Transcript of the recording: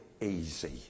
easy